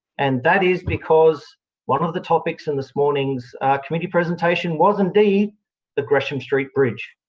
and that is because one of the topics in this morning's committee presentation was indeed the gresham street bridge.